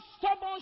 stubborn